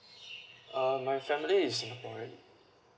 err my family is singaporean